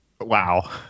Wow